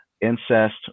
incest